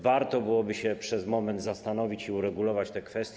Warto byłoby się przez moment zastanowić i uregulować te kwestie.